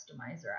customizer